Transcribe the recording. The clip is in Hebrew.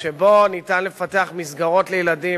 שבו ניתן לפתח מסגרות לילדים.